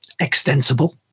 extensible